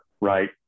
right